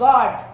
God